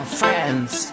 friends